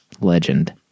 Legend